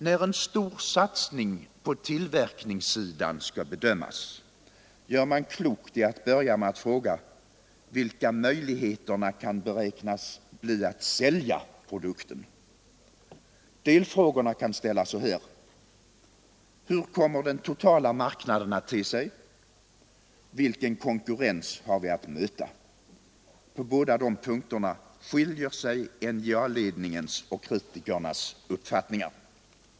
När en stor satsning på tillverkningssidan skall bedömas, gör man klokt i att börja med att fråga, vilka möjligheterna kan beräknas bli att sälja produkten, Delfrågorna kan ställas så här: Hur kommer den totala marknaden att te sig? Vilken konkurrens har vi att möta? På båda dessa punkter skiljer sig NJA-ledningens och kritikernas uppfattningar.